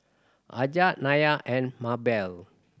Aja Nyah and Mabell